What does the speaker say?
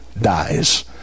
dies